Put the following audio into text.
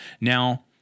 Now